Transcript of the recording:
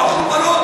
שמע,